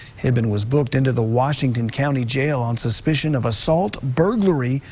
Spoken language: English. hibben was booked into the washington county jail on suspicion of assault, burgalary,